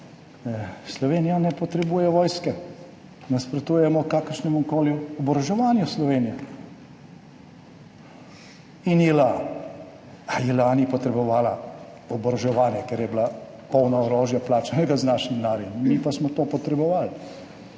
»Slovenija ne potrebuje vojske, nasprotujemo kakršnemu koli oboroževanju Slovenije in JLA«. JLA ni potrebovala oboroževanja, ker je bila polna orožja, plačanega z našim denarjem. Mi pa smo to potrebovali.